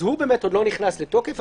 הוא עוד לא נכנס לתוקף,